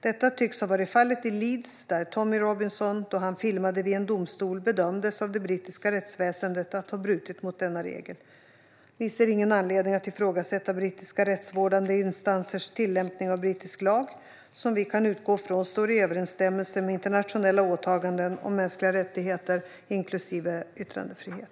Detta tycks ha varit fallet i Leeds, där Tommy Robinson, då han filmade vid en domstol, bedömdes av det brittiska rättsväsendet att ha brutit mot denna regel. Vi ser ingen anledning att ifrågasätta brittiska rättsvårdande instansers tillämpning av brittisk lag, som vi kan utgå från står i överensstämmelse med internationella åtaganden om mänskliga rättigheter, inklusive yttrandefrihet.